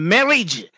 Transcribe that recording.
Marriage